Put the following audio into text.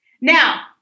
Now